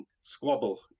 squabble